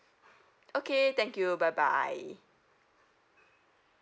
okay thank you bye bye